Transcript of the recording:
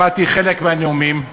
שמעתי חלק מהנאומים,